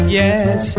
yes